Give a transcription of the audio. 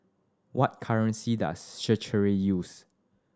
what currency does Seychelles use